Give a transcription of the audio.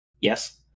Yes